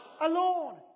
Alone